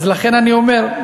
לכן אני אומר,